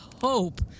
hope